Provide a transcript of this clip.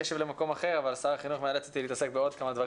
אעשה שיבוץ שרירותי שהוא מאוד אקראי.